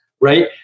Right